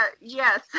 yes